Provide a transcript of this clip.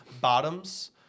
Bottoms